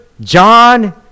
John